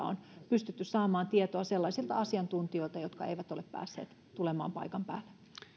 on pystytty saamaan tietoa sellaisilta asiantuntijoilta jotka eivät ole päässeet tulemaan paikan päälle